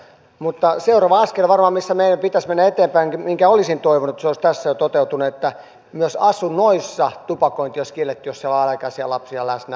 mutta seuraava askel varmaan missä meidän pitäisi mennä eteenpäinkin minkä olisin toivonut tässä jo toteutuneen on että myös asunnoissa tupakointi olisi kielletty jos siellä on alaikäisiä lapsia läsnä